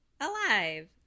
alive